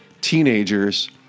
teenagers—